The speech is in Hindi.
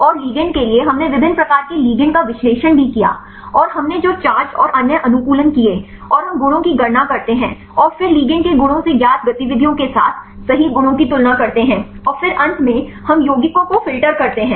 और लिगैंड के लिए हमने विभिन्न प्रकार के लिगेंड का विश्लेषण भी किया और हमने जो चार्जेज और अन्य अनुकूलन किए और हम गुणों की गणना करते हैं और फिर लिगेंड के गुणों से ज्ञात गतिविधियों के साथ सही गुणों की तुलना करते हैं और फिर अंत में हम यौगिकों को फ़िल्टर करते हैं